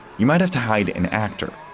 you might have to hide an actor.